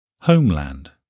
Homeland